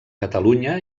catalunya